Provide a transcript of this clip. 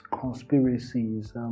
conspiracies